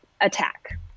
attack